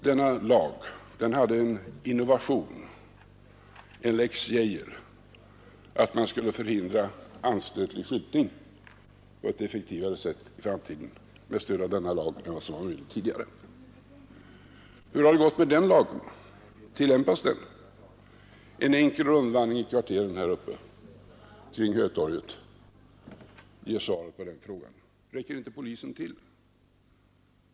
Denna lag hade en innovation, en lex Geijer, med vars hjälp man skulle förhindra anstötlig skyltning på ett mera effektivt sätt än vad som varit möjligt tidigare. Hur har det gått med den lagen? Tillämpas den? En enkel rundvandring i kvarteren kring Hötorget ger besked på den punkten. Räcker inte polisen till?